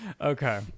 Okay